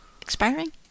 expiring